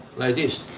like this.